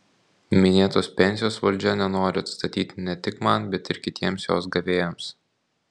minėtos pensijos valdžia nenori atstatyti ne tik man bet ir kitiems jos gavėjams